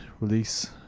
release